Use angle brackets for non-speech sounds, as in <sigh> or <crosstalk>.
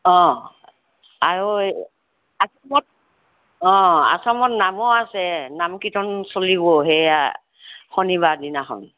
অ আৰু এই <unintelligible> আশ্ৰমত নামো আছে নাম কীৰ্তন চলিব সেয়া শনিবাৰ দিনাখন